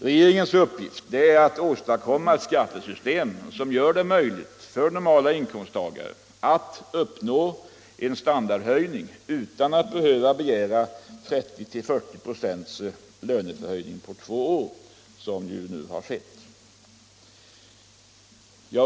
Regeringens uppgift är att åstadkomma ett skattesystem som gör det möjligt för normala inkomsttagare att uppnå en standardökning utan att behöva begära 30-40 26 löneförhöjning på två år, som nu har skett.